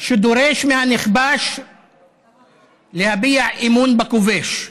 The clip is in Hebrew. שדורש מהנכבש להביע אמון בכובש.